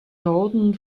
norden